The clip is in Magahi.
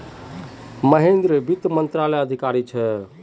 महेंद्र वित्त मंत्रालयत अधिकारी छे